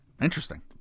Interesting